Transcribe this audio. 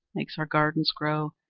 makes our gardens grow,